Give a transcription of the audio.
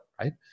right